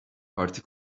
parti